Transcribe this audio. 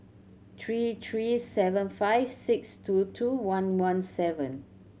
three three seven five six two two one one seven